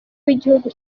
w’igihugu